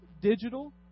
digital